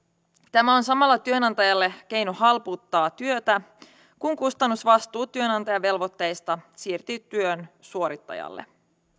tämä on samalla työnantajalle keino halpuuttaa työtä kun kustannusvastuu työnantajavelvoitteista siirtyy työn suorittajalle